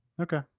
Okay